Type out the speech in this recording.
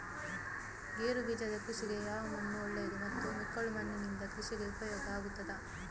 ಗೇರುಬೀಜದ ಕೃಷಿಗೆ ಯಾವ ಮಣ್ಣು ಒಳ್ಳೆಯದು ಮತ್ತು ಮೆಕ್ಕಲು ಮಣ್ಣಿನಿಂದ ಕೃಷಿಗೆ ಉಪಯೋಗ ಆಗುತ್ತದಾ?